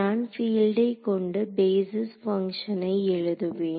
நான் பீல்டை U கொண்டு பேஸிஸ் பங்ஷனை எழுதுவேன்